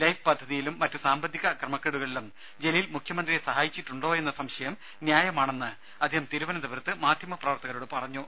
life പദ്ധതിയിലും മറ്റ് സാമ്പത്തിക ക്രമക്കേടുകളിലും ജലീൽ മുഖ്യമന്ത്രിയെ സഹായിച്ചിട്ടുണ്ടോയെന്ന സംശയം ന്യായമാണെന്ന് അദ്ദേഹം തിരുവനന്തപുരത്ത് മാദ്ധ്യമപ്രവർത്തകരോട് പറഞ്ഞു